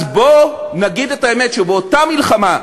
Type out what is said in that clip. אז בוא נגיד את האמת, שבאותה מלחמה,